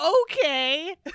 Okay